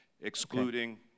excluding